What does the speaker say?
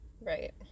Right